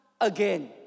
again